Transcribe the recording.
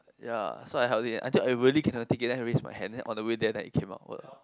ya so I held it in until I really cannot take it then I raise my hand then way there then I came out for the